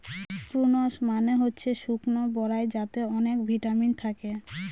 prunes মানে হচ্ছে শুকনো বরাই যাতে অনেক ভিটামিন থাকে